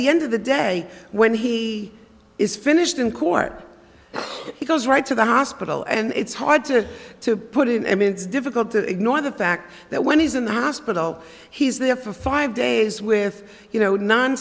the end of the day when he is finished in court he goes right to the hospital and it's hard to to put in and it's difficult to ignore the fact that when he's in the hospital he's there for five days with you know